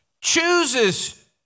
Chooses